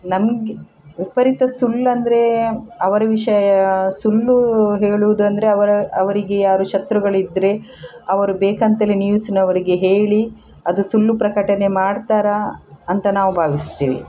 ನಮಗೆ ವಿಪರೀತ ಸುಳ್ಳಂದರೆ ಅವರ ವಿಷಯ ಸುಳ್ಳು ಹೇಳುವುದಂದರೆ ಅವರ ಅವರಿಗೆ ಯಾರು ಶತ್ರುಗಳಿದ್ದರೆ ಅವರು ಬೇಕಂತಲೇ ನ್ಯೂಸ್ನವರಿಗೆ ಹೇಳಿ ಅದು ಸುಳ್ಳು ಪ್ರಕಟನೆ ಮಾಡ್ತಾರೆ ಅಂತ ನಾವು ಭಾವಿಸ್ತೀವಿ